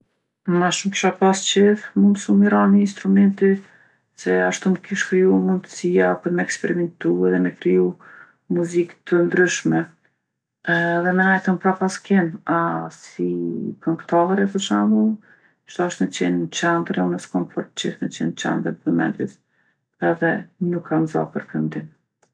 Ma shumë kisha pasë qejf mu msu mi ra ni instrumenti se ashtu m'kish kriju mundsija për me eksperimentu edhe me kriju muzikë të ndryshme edhe me nejtë n'prapaskenë. A si këngtare, për shembull, ish dashtë me qenë n'qendër e une s'kom fort qejf me qenë n'qendër t'vëmendjes edhe nuk kam za për këndim.